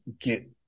get –